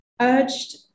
urged